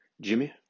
Jimmy